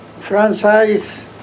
franchise